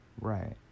right